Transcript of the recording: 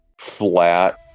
flat